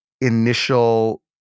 initial